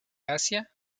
asia